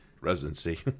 residency